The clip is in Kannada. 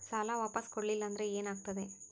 ಸಾಲ ವಾಪಸ್ ಕೊಡಲಿಲ್ಲ ಅಂದ್ರ ಏನ ಆಗ್ತದೆ?